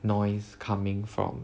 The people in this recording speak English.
noise coming from